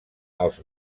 als